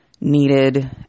Needed